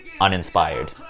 uninspired